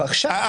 עכשיו,